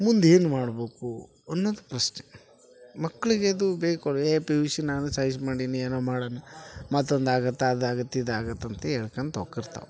ಮುಂದೇನು ಮಾಡ್ಬೇಕು ಅನ್ನೋದು ಪ್ರಶ್ನೆ ಮಕ್ಳಿಗೆ ಇದು ಬೇಕೋ ಏ ಪಿ ಯು ಶಿ ನಾನು ಸೈನ್ಸ್ ಮಾಡೀನಿ ಏನೋ ಮಾಡೋಣ ಮತ್ತೊಂದು ಆಗತ್ತೆ ಅದಾಗತ್ತೆ ಇದಾಗತ್ತೆ ಅಂತ ಹೇಳ್ಕಂತ ಹೋಕಿರ್ತಾರ